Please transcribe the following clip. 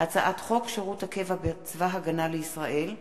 הצעת חוק שירות הקבע בצבא-הגנה לישראל (גמלאות)